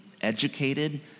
educated